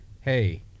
hey